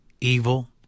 evil